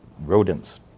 rodents